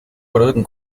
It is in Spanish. fueron